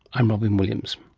i'm robyn williams